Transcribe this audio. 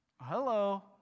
Hello